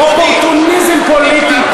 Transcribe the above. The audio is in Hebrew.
אופורטוניזם פוליטי.